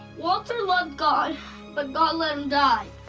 walter loved god but god let him die.